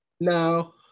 No